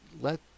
let